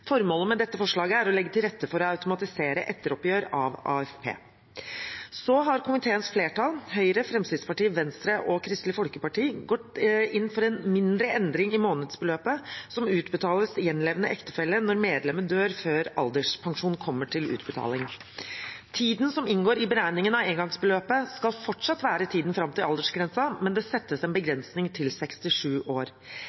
Formålet med dette forslaget er å legge til rette for å automatisere etteroppgjør av AFP. Så har komiteens flertall, Høyre, Fremskrittspartiet, Venstre og Kristelig Folkeparti, gått inn for en mindre endring i månedsbeløpet som utbetales gjenlevende ektefelle når medlemmet dør før alderspensjon kommer til utbetaling. Tiden som inngår i beregningen av engangsbeløpet skal fortsatt være tiden fram til aldersgrensen, men det settes en